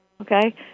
Okay